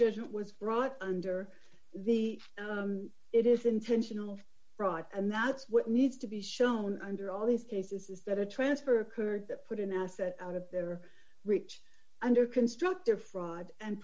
judgment was brought under the it is intentional fraud and that's what needs to be shown under all these cases is that a transfer occurred that put an asset out of their reach under constructor fraud and